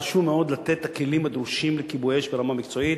חשוב מאוד לתת את הכלים הדרושים לכיבוי אש ברמה מקצועית,